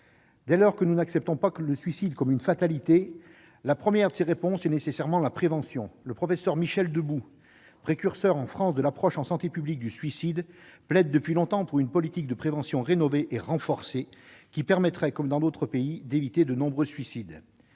Dès lors que nous n'acceptons pas le suicide comme une fatalité, la première de ces réponses est nécessairement la prévention. Le professeur Michel Debout, précurseur en France de l'approche en santé publique du suicide, plaide depuis longtemps en faveur d'une politique de prévention rénovée et renforcée, qui permettrait, comme dans d'autres pays, d'éviter de nombreux suicides.